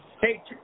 Hey